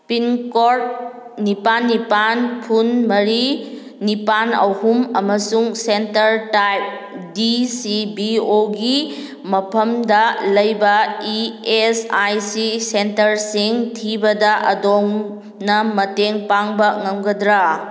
ꯄꯤꯟꯀꯣꯔꯗ ꯅꯤꯄꯥꯜ ꯅꯤꯄꯥꯜ ꯐꯨꯟ ꯃꯔꯤ ꯅꯤꯄꯥꯜ ꯑꯍꯨꯝ ꯑꯃꯁꯨꯡ center type D C B ꯑꯣꯒꯤ ꯃꯐꯝꯗ ꯂꯩꯕ ꯏ ꯑꯦꯁ ꯑꯥꯏ ꯁꯤ ꯁꯦꯟꯇꯔꯁꯤꯡ ꯊꯤꯕꯗ ꯑꯗꯣꯝꯅ ꯃꯇꯦꯡ ꯄꯥꯡꯕ ꯉꯝꯒꯗ꯭ꯔꯥ